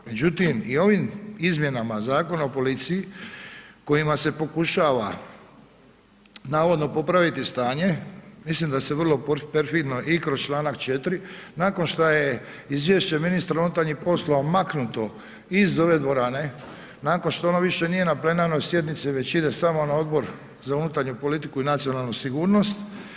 Međutim i ovim izmjenama Zakona o policiji, kojima se pokušava navodno popraviti stanje, mislim da se vrlo perfidno i kroz čl. 4., nakon što je izvješće ministra unutarnjih poslova maknuto iz ove dvorane nakon što ono više nije na plenarnoj sjednici već ide samo na Odbor za unutarnju politiku i nacionalnu sigurnost.